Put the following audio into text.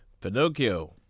Pinocchio